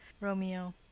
romeo